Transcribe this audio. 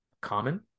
common